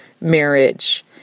marriage